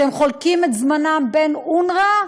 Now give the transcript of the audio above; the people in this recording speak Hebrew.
שחולקים את זמנם בין אונר"א,